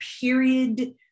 period